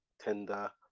tender